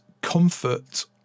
comfort